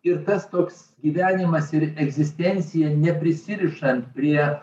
ir tas toks gyvenimas ir egzistencija neprisirišant prie